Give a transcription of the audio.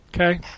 Okay